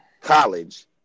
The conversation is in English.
college